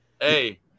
Hey